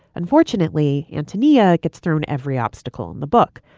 unfortunately, antonia gets thrown every obstacle in the book.